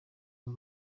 ngo